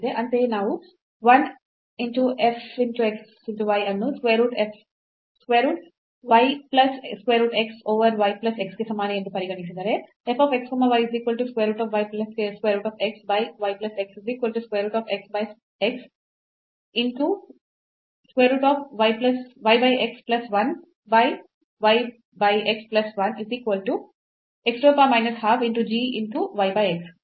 ಅಂತೆಯೇ ನಾವು 1 f x y ಅನ್ನು square root y plus square root x over y plus x ಗೆ ಸಮಾನ ಎಂದು ಪರಿಗಣಿಸಿದರೆ